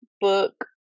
book